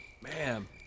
Man